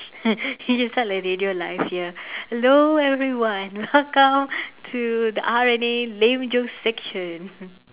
you just talk like radio live here hello everyone welcome to the R and A lame jokes section